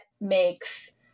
makes